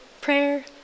Prayer